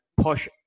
push